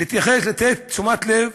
להתייחס, לתת תשומת לב